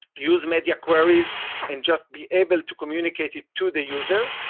use media queries and just be able to communicate it to the user.